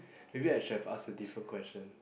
maybe I should have asked a different question